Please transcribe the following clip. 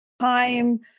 time